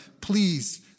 please